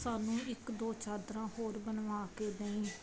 ਸਾਨੂੰ ਇੱਕ ਦੋ ਚਾਦਰਾਂ ਹੋਰ ਬਣਵਾ ਕੇ ਦਈਂ